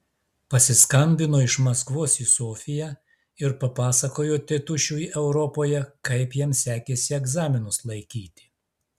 pasiskambino iš maskvos į sofiją ir papasakojo tėtušiui europoje kaip jam sekėsi egzaminus laikyti